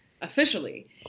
officially